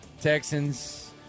Texans